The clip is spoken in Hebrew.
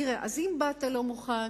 תראה, אז אם באת לא מוכן,